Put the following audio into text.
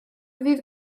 ddydd